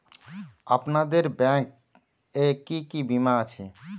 আপনাদের ব্যাংক এ কি কি বীমা আছে?